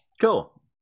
Cool